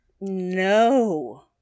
no